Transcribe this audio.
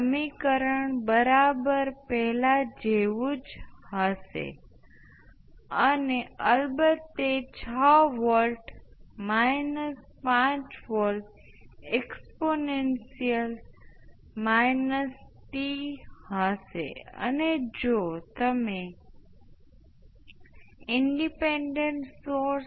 હું પ્રારંભિક શરત 0 ધારુ છું તેથી t માટે I 1 જે અનંત પર I 1 0પર I 1 I 1 અનંત પર × ઘાતાંકીય t ટાઉ પદ છે જે ખરેખર કોઈપણ પ્રથમ સર્કિટ નું સામાન્ય સ્વરૂપ છે